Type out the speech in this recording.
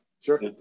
Sure